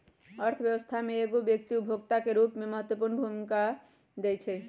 अर्थव्यवस्था में एगो व्यक्ति उपभोक्ता के रूप में महत्वपूर्ण भूमिका दैइ छइ